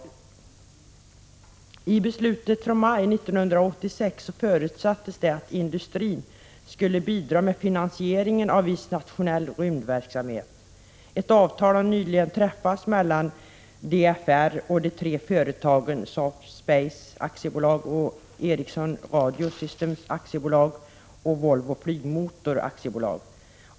I beslutet från maj 1986 förutsattes det att industrin skulle bidra till finansiering av viss nationell rymdverksamhet. Ett avtal har nyligen träffats mellan DFR och de tre företagen Saab Space AB, Ericsson Radio Systems AB och Volvo Flygmotor AB.